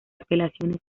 apelaciones